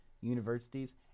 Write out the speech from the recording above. universities